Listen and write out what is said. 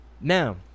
Now